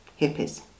hippies